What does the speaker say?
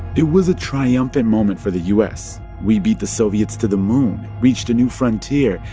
it was a triumphant moment for the u s. we beat the soviets to the moon, reached a new frontier,